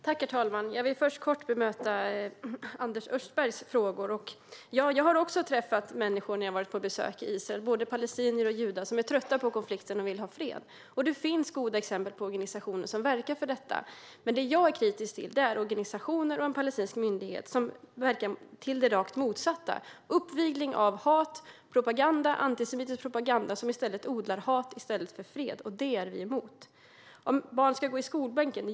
Herr talman! Jag vill först kort bemöta Anders Österbergs frågor. Jag har också träffat människor när jag varit på besök i Israel, både palestinier och judar, som är trötta på konflikten och vill ha fred. Det finns goda exempel på organisationer som verkar för detta. Men det jag är kritisk till är organisationer och en palestinsk myndighet som verkar för det rakt motsatta: uppvigling, hatpropaganda och antisemitisk propaganda som odlar hat i stället för fred. Detta är vi emot. Ska barn gå i skolan?